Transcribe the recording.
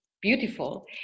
beautiful